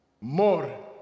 more